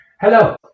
Hello